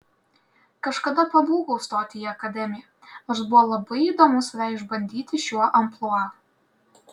kažkada pabūgau stoti į akademiją nors buvo labai įdomu save išbandyti šiuo amplua